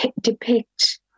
depict